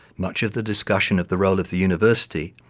much of the discussion of the role of the university,